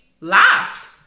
laughed